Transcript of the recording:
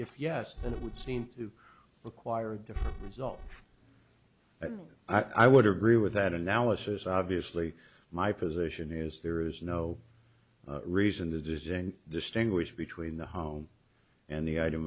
if yes then it would seem to require a different result i think i would agree with that analysis obviously my position is there is no reason to dissent distinguish between the home and the item